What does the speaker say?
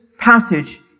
Passage